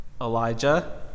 Elijah